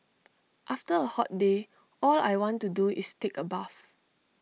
after A hot day all I want to do is take A bath